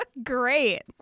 great